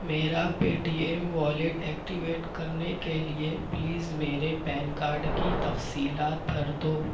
میرا Paytm wallet activate کرنے کے لیے پلیز میرے پین کاڈ کی تفصیلات بھر دو